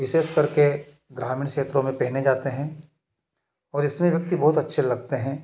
विशेष कर के ग्रामीण क्षेत्रों में पहने जाते हैं और इस में व्यक्ति बहुत अच्छे लगते हैं